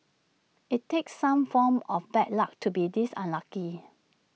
IT takes some form of bad luck to be this unlucky